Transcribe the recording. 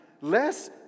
less